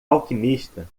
alquimista